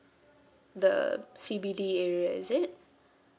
the C_B_D area is it